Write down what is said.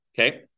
Okay